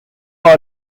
our